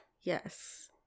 Yes